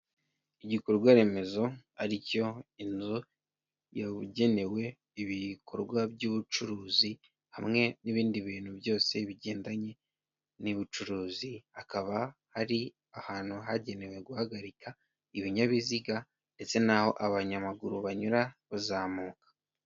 Igikorwa remezo ari cyo inzu yabugenewe ibikorwa by'ubucuruzi hamwe n'ibindi bintu byose bigendanye n'ubucuruzi hakaba hari ahantu hagenewe guhagarika ibinyabiziga ndetse n'aho abanyamaguru banyura bazamuka.